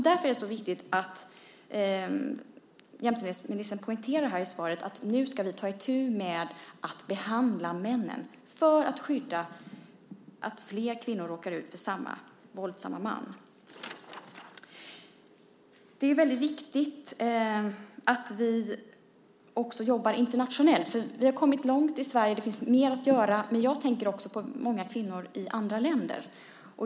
Därför är det viktigt, precis som jämställdhetsministern poängterar i sitt svar, att vi nu tar itu med att behandla männen för att skydda fler kvinnor från att råka ut för samme våldsamme man. Det är viktigt att vi också jobbar internationellt. Vi har kommit långt i Sverige även om det finns mer att göra, men jag tänker på kvinnor i många andra länder.